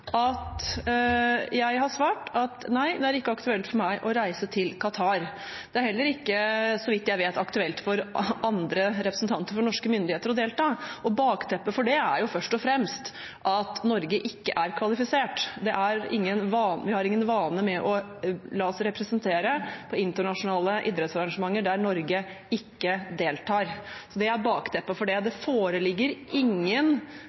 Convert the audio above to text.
ikke aktuelt for meg å reise til Qatar. Det er heller ikke, så vidt jeg vet, aktuelt for andre representanter for norske myndigheter å delta, og bakteppet for det er først og fremst at Norge ikke er kvalifisert. Vi har ikke for vane å la oss representere på internasjonale idrettsarrangementer der Norge ikke deltar. Det er bakteppet for det. Det foreligger ingen